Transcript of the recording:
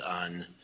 on